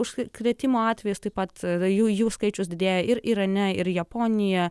užsikrėtimo atvejis taip pat jų jų skaičius didėja ir irane ir japonijoje